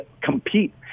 compete